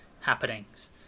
happenings